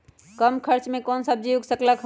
कम खर्च मे कौन सब्जी उग सकल ह?